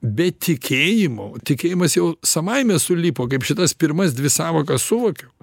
be tikėjimo tikėjimas jau savaime sulipo kaip šitas pirmas dvi sąvokas suvokiau